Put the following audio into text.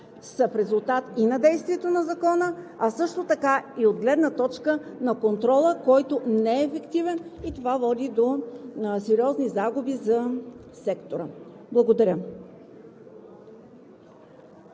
са в резултат и на действието на Закона, а също така и от гледна точка на контрола, който не е ефективен и това води до сериозни загуби за сектора. Благодаря.